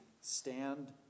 stand